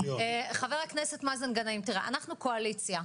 --- חבר הכנסת מאזן גנאים תראה אנחנו קואליציה,